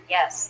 Yes